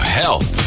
health